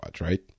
right